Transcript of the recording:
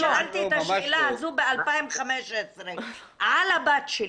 בדיוק שאלתי את השאלה הזו ב-2015 על הבת שלי.